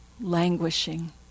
languishing